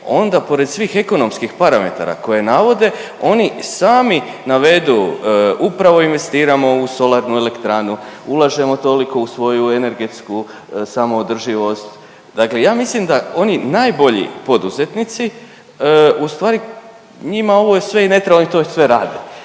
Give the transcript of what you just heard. onda pored svih ekonomskih parametara koje navode, oni sami navedu upravo investiramo u solarnu elektranu, ulažemo toliko u svoju energetsku samoodrživost. Dakle ja mislim da oni najbolji poduzetnici u stvari njima ovo sve i ne treba, oni to već sve rade.